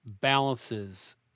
balances